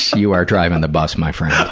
you are driving the bus, my friend.